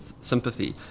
sympathy